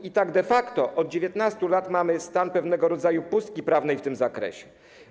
I tak de facto od 19 lat mamy stan pewnego rodzaju pustki prawnej w tym zakresie.